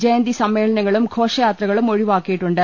ജയന്തി സമ്മേളനങ്ങളും ഘോഷയാത്രകളും ഒഴിവാക്കിയിട്ടുണ്ട്